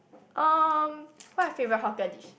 um what your favourite hawker dish